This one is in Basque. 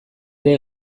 ere